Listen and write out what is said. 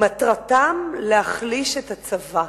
מטרתם להחליש את הצבא.